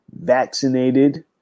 vaccinated